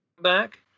back